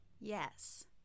Yes